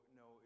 no